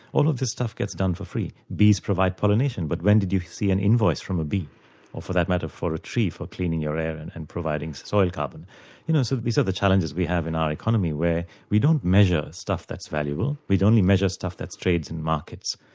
all of this stuff gets done for free. bees provide pollination, but when did you see an invoice from a bee, or for that matter from a tree for cleaning your air and and providing soil carbon? you know so these are the challenges we have in our economy where we don't measure stuff that's valuable, we only measure stuff that's trades and markets.